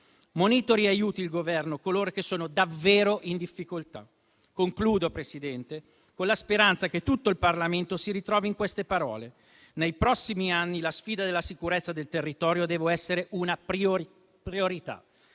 Monitori e aiuti il Governo coloro che sono davvero in difficoltà. Concludo, Presidente, con la speranza che tutto il Parlamento si ritrovi in queste parole. Nei prossimi anni la sfida della sicurezza del territorio deve essere una priorità,